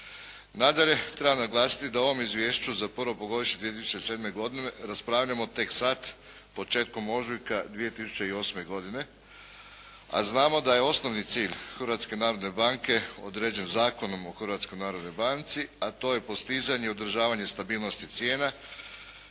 Nadalje, treba naglasiti da u ovom Izvješću za prvo polugodište 2007. godine raspravljamo tek sada početkom ožujka 2008. godine. A znamo da je osnovni cilj Hrvatske narodne banke određen Zakon o Hrvatskoj narodnoj banci a to je postizanje i održavanje stabilnosti cijena,